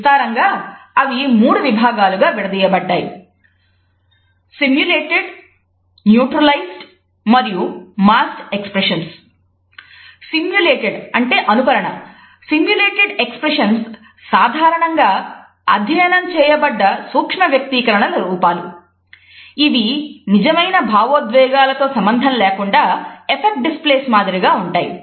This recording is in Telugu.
విస్తారంగా అవి మూడు విభాగాలుగా విడదీయబడ్డాయి సిమ్యులేటెడ్ మాదిరిగా ఉంటాయి